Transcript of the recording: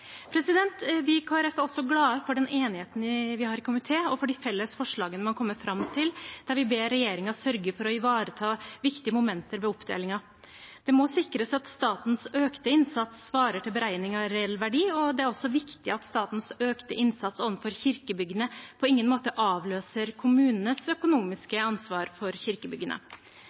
Vi i Kristelig Folkeparti er også glade for den enigheten vi har i komiteen, og for de felles forslagene vi har kommet fram til, der vi ber regjeringen sørge for å ivareta viktige momenter ved oppdelingen. Det må sikres at statens økte innsats svarer til beregning av reell verdi, og det er også viktig at statens økte innsats overfor kirkebyggene på ingen måte avløser kommunenes økonomiske ansvar for kirkebyggene.